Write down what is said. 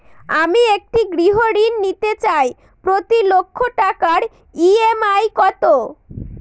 আমি একটি গৃহঋণ নিতে চাই প্রতি লক্ষ টাকার ই.এম.আই কত?